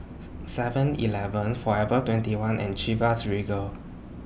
Seven Eleven Forever twenty one and Chivas Regal